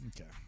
Okay